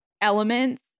elements